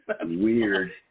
weird